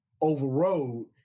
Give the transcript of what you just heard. overrode